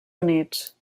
units